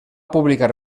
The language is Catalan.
publicar